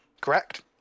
Correct